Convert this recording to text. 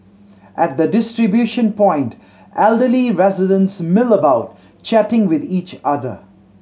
at the distribution point elderly residents mill about chatting with each other